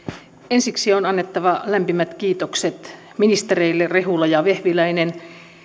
ensiksi on annettava lämpimät kiitokset ministereille rehula ja vehviläinen